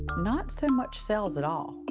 not so much sales at all.